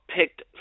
picked